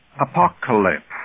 apocalypse